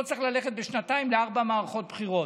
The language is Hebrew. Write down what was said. לא צריך ללכת בשנתיים לארבע מערכות בחירות,